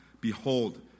Behold